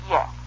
Yes